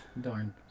Darn